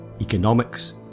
economics